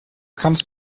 kannst